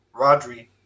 Rodri